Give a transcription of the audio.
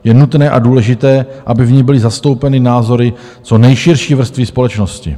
Je nutné a důležité, aby v ní byly zastoupeny názory co nejširší vrstvy společnosti.